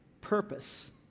purpose